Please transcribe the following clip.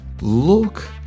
Look